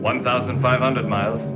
one thousand five hundred miles